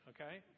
okay